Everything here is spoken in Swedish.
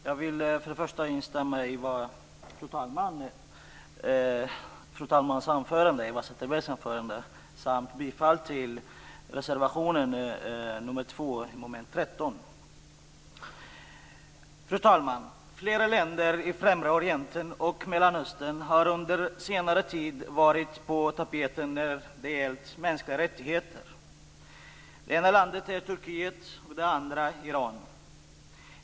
Fru talman! Jag vill instämma i Eva Zetterbergs anförande samt yrka bifall till reservation nr 2 vid mom. 13. Fru talman! Flera länder i Främre Orienten och Mellanöstern har under senare tid varit på tapeten när det gällt mänskliga rättigheter. Det ena landet är Turkiet och det andra Iran.